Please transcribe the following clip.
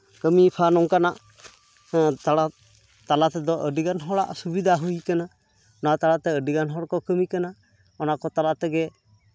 ᱠᱟᱹᱢᱤᱭ ᱠᱷᱟᱱ ᱚᱱᱠᱟᱱᱟᱜ ᱛᱟᱲᱟᱣ ᱛᱟᱞᱟ ᱛᱮᱫᱚ ᱟᱹᱰᱤᱜᱟᱱ ᱦᱚᱲᱟᱜ ᱥᱩᱵᱤᱫᱷᱟ ᱦᱩᱭ ᱟᱠᱟᱱᱟ ᱱᱚᱣᱟ ᱛᱟᱞᱟᱛᱮ ᱟᱹᱰᱤᱜᱟᱱ ᱦᱚᱲᱠᱚ ᱠᱟᱹᱢᱤ ᱠᱟᱱᱟ ᱚᱱᱟ ᱠᱚ ᱛᱟᱞᱟ ᱛᱮᱜᱮ